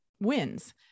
wins